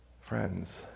friends